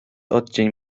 odcień